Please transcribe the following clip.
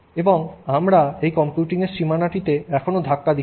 এবং আজ আমরা এই কম্পিউটিংয়ের সীমানাটিতে এখনও ধাক্কা দিচ্ছি